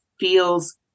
feels